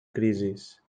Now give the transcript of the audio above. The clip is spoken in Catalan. crisis